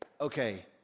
okay